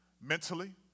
mentally